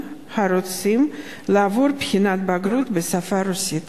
הרוצים לעבור בחינת בגרות בשפה הרוסית?